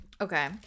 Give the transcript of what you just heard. Okay